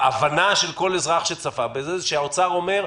ההבנה של כל אזרח שצפה בזה היא שמשרד האוצר אומר: